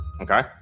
Okay